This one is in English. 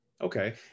Okay